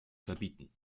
verbieten